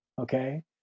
okay